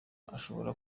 ashobora